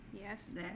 Yes